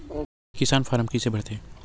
निकास फारम कइसे भरथे?